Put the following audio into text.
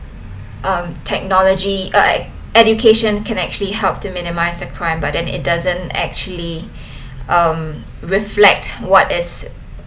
um technology education can actually help to minimise a crime but then it doesn't actually um reflect what is